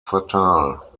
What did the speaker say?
fatale